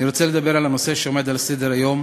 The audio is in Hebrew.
אני רוצה לדבר על הנושא שעומד על סדר-היום,